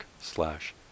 slash